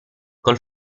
col